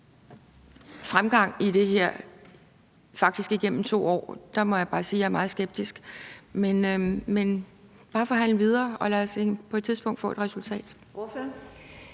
fremgang i det her, faktisk igennem 2 år, må jeg bare sige, at jeg er meget skeptisk. Men forhandl bare videre, og lad os på et tidspunkt få et resultat.